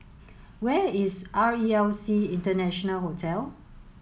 where is R E L C International Hotel